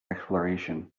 exploration